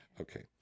Okay